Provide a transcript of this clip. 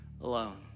alone